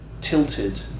tilted